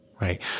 right